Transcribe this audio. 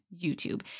YouTube